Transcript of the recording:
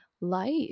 life